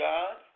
God